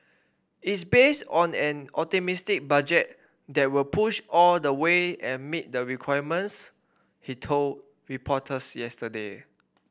is based on an optimistic budget there will push all the way and meet the requirements he told reporters yesterday